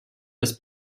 des